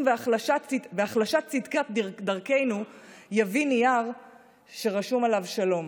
והחלשת צדקת דרכנו יביאו נייר שרשום עליו "שלום",